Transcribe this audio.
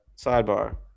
Sidebar